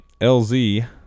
LZ